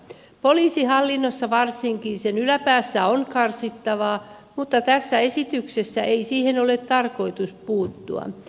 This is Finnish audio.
poliisihallinnossa varsinkin sen yläpäässä on karsittavaa mutta tässä esityksessä ei siihen ole tarkoitus puuttua